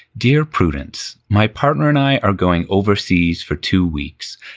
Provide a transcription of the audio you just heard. dear prudence. my partner and i are going overseas for two weeks.